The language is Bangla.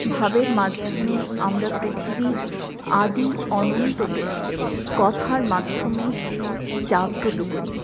ভাবের মাধ্যমে আমরা পৃথিবীর আদি অনন্তকে কথার মাধ্যমে জাগ্রত করি